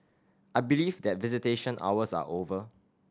I believe that visitation hours are over